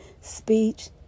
speech